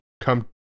Come